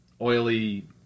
oily